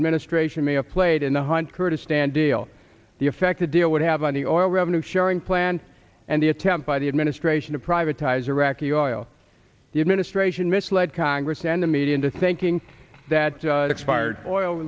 administration may have played in the one kurdistan deal the effect the deal would have on the oil revenue sharing plan and the attempt by the administration to privatizing iraqi oil the administration misled congress and the media into thinking that expired oil